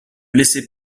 laissait